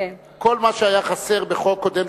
כל מה שהיה חסר בחוק קודם,